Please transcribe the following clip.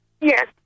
Yes